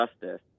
justice